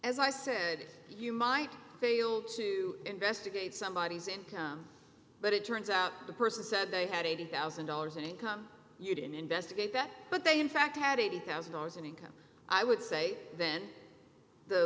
as i said you might fail to investigate somebodies income but it turns out the person said they had eighty thousand dollars in income you didn't investigate that but they in fact had eighty thousand dollars in income i would say then the